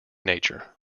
nature